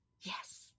Yes